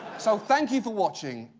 so thanks for watching.